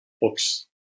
books